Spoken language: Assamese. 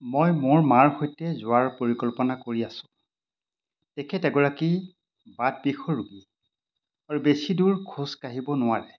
মই মোৰ মাৰ সৈতে যোৱাৰ পৰিকল্পনা কৰি আছোঁ তেখেত এগৰাকী বাতবিষৰ ৰোগী আৰু বেছি দূৰ খোজকাঢ়িব নোৱাৰে